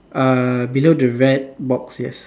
uh below the red box yes